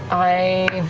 i